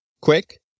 quick